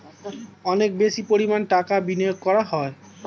অনেক বেশি পরিমাণ টাকা বিনিয়োগ করা হয়